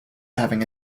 having